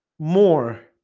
more